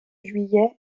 juillet